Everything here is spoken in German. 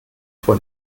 vor